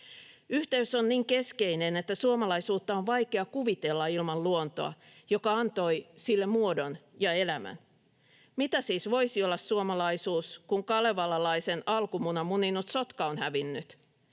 Yhteys on niin keskeinen, että suomalaisuutta on vaikea kuvitella ilman luontoa, joka antoi sille muodon ja elämän. Mitä siis voisi olla suomalaisuus, kun kalevalaisen alkumunan muninut sotka on hävinnyt,